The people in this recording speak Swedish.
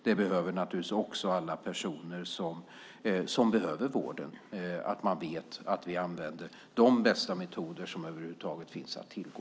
Det behöver naturligtvis också alla personer som behöver vården. Det handlar om att man vet att vi använder de bästa metoder som över huvud taget finns att tillgå.